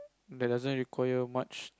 that doesn't require much